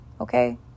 okay